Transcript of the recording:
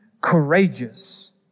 courageous